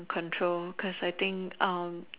control cause I think